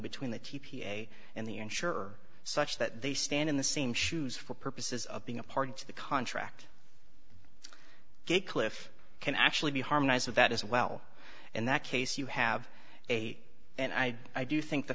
between the t p a and the insurer such that they stand in the same shoes for purposes of being a part of the contract good cliff can actually be harmonized with that as well in that case you have a and i i do think the